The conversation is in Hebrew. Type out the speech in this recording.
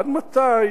עד מתי